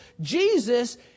Jesus